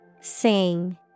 Sing